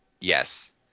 Yes